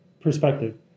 perspective